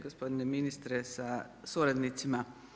Gospodine ministre sa suradnicima.